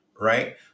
right